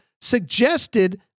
suggested